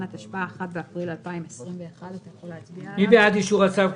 התשפ"א (1 באפריל 2021). מי בעד אישור הצו,